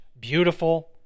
beautiful